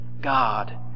God